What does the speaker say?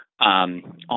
on